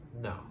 No